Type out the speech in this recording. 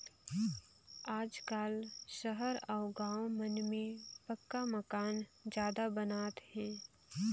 आजकाल सहर अउ गाँव मन में पक्का मकान जादा बनात हे